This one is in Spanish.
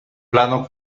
plano